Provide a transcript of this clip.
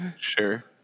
Sure